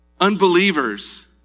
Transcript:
unbelievers